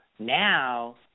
Now